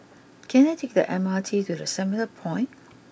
can I take the M R T to the Centrepoint